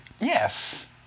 Yes